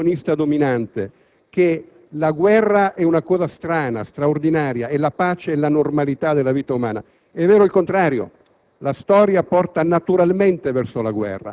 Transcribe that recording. Non è vero quello che dice un'ideologia buonista dominante, che la guerra è una cosa strana, straordinaria e la pace è la normalità della vita umana. È vero il contrario: